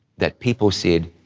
that people said,